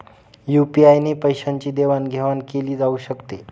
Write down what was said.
UPI ने पैशांची देवाणघेवाण केली जाऊ शकते